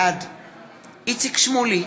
בעד איציק שמולי,